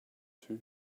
too